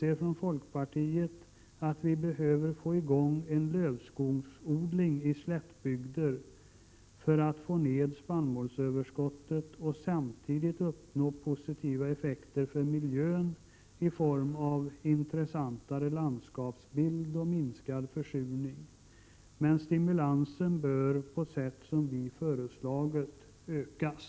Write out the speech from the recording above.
Vi från folkpartiet anser att man behöver få i gång en lövskogsodling i slättbygder för att få ned spannmålsöverskottet och samtidigt uppnå positiva förbättringar för miljön i form av intressantare landskapsbild och minskad försurning. Men stimulansen bör på sätt som vi föreslagit ökas.